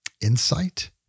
insight